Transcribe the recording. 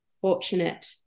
fortunate